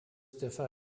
differ